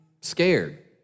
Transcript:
scared